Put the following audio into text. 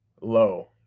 low